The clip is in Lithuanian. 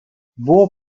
buvo